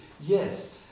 Yes